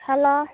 hello